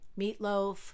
meatloaf